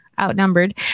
outnumbered